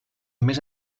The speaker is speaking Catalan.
més